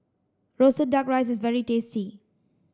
roasted duck rice is very tasty